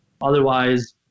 Otherwise